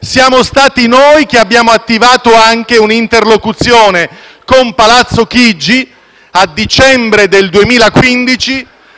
siamo stati noi che abbiamo attivato anche una interlocuzione con Palazzo Chigi a dicembre del 2015